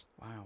Wow